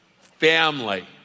family